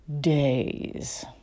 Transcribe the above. days